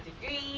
degree